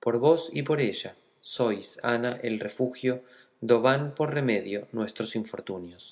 por vos y por ella sois ana el refugio do van por remedio nuestros infortunios